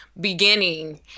beginning